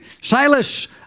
Silas